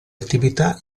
attività